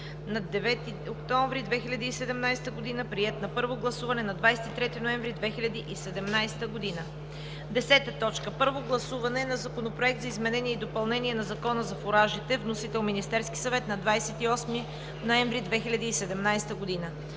на 9 октомври 2017 г., приет е на първо гласуване на 23 ноември 2017 г. 10. Първо гласуване на Законопроект за изменение и допълнение на Закона за фуражите. Вносител е Министерският съвет на 28 ноември 2017 г.